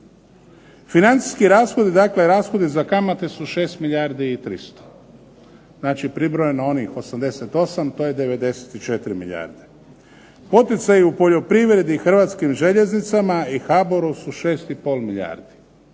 Financijski rashodi, dakle rashodi za kamate su 6 milijardi i 300. Znači, pribrojeno onih 88 to je 94 milijarde. Poticaji u poljoprivredi Hrvatskim željeznicama i HBOR-u su 6 i pol milijardi.